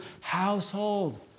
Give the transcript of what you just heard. household